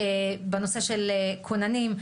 בנושא של כוננים,